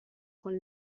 con